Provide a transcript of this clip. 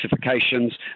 specifications